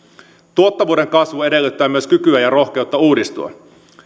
tuottavuuden kasvu edellyttää myös kykyä ja rohkeutta uudistua